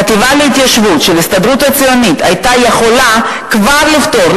החטיבה להתיישבות של ההסתדרות הציונית היתה יכולה כבר לפתור,